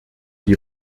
die